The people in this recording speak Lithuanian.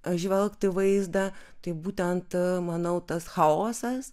apžvelgti vaizdą tai būtent manau tas chaosas